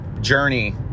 journey